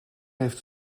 heeft